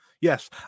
Yes